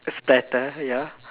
a splatter ya